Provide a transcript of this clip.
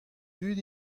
dud